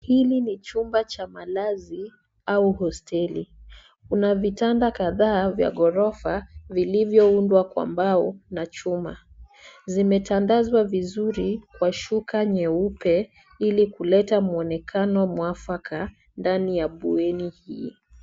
Hili ni chumba cha malazi au hosteli. Kuna vitanda kadhaa vya ghorofa vilivyoundwa kwa mbao na chuma. Zimetandazwa vizuri, kwa shuka nyeupe, ili kuleta mwonekano mwafaka ndani ya bweni hii.